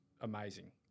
amazing